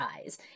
eyes